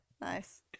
Nice